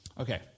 Okay